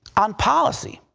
on policy,